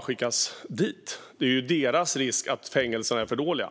från. Det är ju deras problem att fängelserna är för dåliga.